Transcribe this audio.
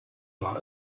war